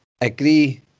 Agree